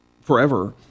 forever